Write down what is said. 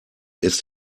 ist